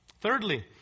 Thirdly